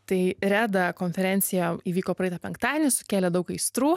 tai reda konferencija įvyko praeitą penktadienį sukėlė daug aistrų